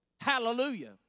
hallelujah